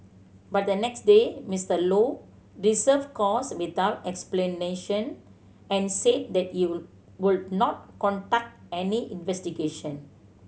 but the next day Mister Low course without explanation and said that he would not conduct any investigation